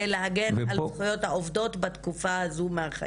להגן על זכויות העובדות בתקופה הזאת של החיים.